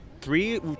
Three